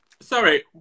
Sorry